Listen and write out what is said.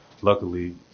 luckily